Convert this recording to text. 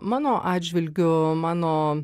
mano atžvilgiu mano